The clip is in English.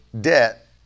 debt